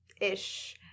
ish